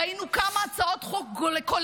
ראינו כמה הצעות חוק כוללות,